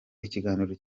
ikiganiro